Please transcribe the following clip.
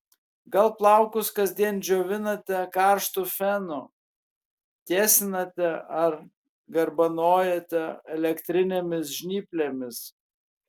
gal plaukus kasdien džiovinate karštu fenu tiesinate ar garbanojate elektrinėmis žnyplėmis